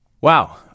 Wow